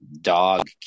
dog